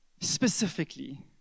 Specifically